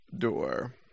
door